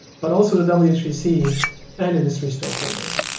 but also the w three c and industry stakeholders